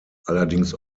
allerdings